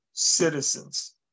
citizens